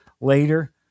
later